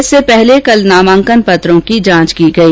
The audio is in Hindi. इससे पहले कल नामांकन पत्रों की जांच की गई